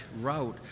route